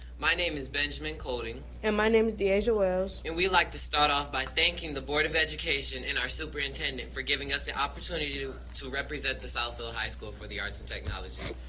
my name is benjamin colding. and my name is de'asia wells. and we'd like to start off by thanking the board of education and our superintendent for giving us the opportunity to to represent the southfield high school for the arts and technology.